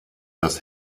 das